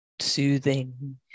soothing